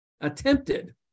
Attempted